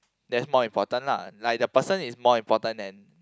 that's more important lah like the person is more important than